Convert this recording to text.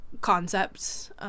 concepts